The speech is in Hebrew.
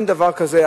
אין דבר כזה,